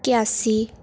ਇਕਿਆਸੀ